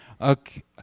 Okay